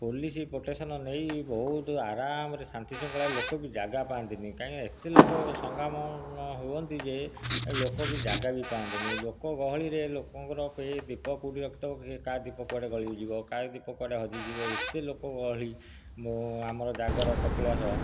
police protection ନେଇ ବହୁତ ଆରମରେ ଶାନ୍ତି ଶୃଙ୍ଖଳାରେ ଲୋକ ବି ଜାଗା ପାଆନ୍ତି ନାହିଁ କାହିଁକି ନା ଏତେ ଲୋକ ସଙ୍ଗମ ହୁଅନ୍ତି ଯେ ଲୋକ ବି ଜାଗା ବି ପାଆନ୍ତି ନାହିଁ ଲୋକ ଗହଳିରେ ଲୋକଙ୍କର କେହି ଦୀପ କେଉଁଠି ରଖିଥିବ କାହା ଦୀପ କୁଆଡ଼େ ଗଳିକି ଯିବ କାହା ଦୀପ କୁଆଡ଼େ ହଜି ଯିବ ଏତେ ଲୋକ ଗହଳି ଆମର ଜାଗର କପିଳାସ